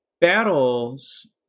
battles